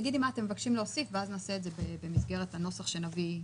תגידי מה אתם מבקשים להוסיף ואז נעשה את זה במסגרת הנוסח שנביא לוועדה.